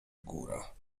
góra